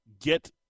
get